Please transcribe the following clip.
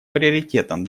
приоритетом